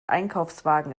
einkaufswagen